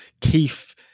keith